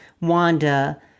Wanda